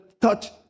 touch